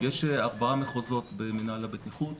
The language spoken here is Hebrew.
יש ארבעה מחוזות במינהל הבטיחות,